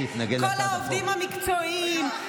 כל העובדים המקצועיים,